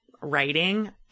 writing